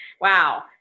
Wow